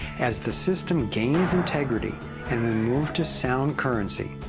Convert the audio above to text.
as the system gains integrity and will move to sound currency,